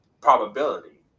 probability